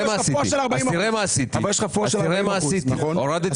תראה מה עשיתי הורדתי